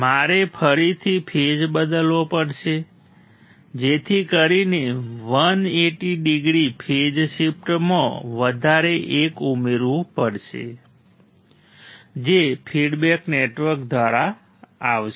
મારે ફરીથી ફેઝ બદલવો પડશે જેથી કરીને 180 ડિગ્રી ફેઝ શિફ્ટમાં વધારે એક ઉમેરવું પડશે જે ફીડબેક નેટવર્ક દ્વારા આવશે